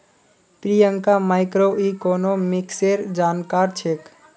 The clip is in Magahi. प्रियंका मैक्रोइकॉनॉमिक्सेर जानकार छेक्